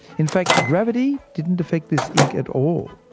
in fact, gravity didn't affect this ink at all.